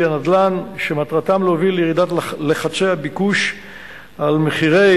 הנדל"ן שמטרתם להוביל לירידת לחצי ביקוש על מחירי